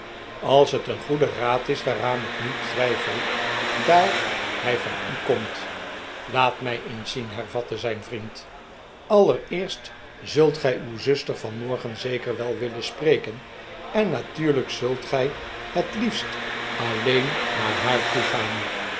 als het een goede raad is waaraan ik niet twijfel daar hij van u komt laat mij eens zien hervatte zijn vriend allereerst zult gij uw zuster vanmorgen zeker wel willen spreken en natuurlijk zult gij het liefst alleen naar haar toegaan